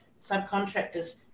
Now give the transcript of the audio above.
subcontractors